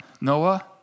Noah